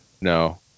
No